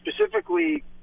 specifically